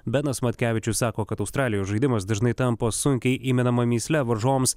benas matkevičius sako kad australijos žaidimas dažnai tampa sunkiai įmenama mįsle varžovams